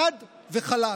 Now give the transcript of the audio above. חד וחלק.